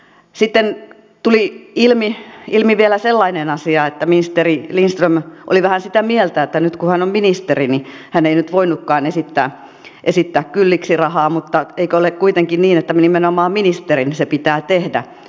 sitten tuli ilmi vielä sellainen asia että ministeri lindström oli vähän sitä mieltä että nyt kun hän on ministeri niin hän ei voinutkaan esittää kylliksi rahaa mutta eikö ole kuitenkin niin että nimenomaan ministerin se pitää tehdä